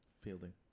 Fielding